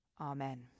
Amen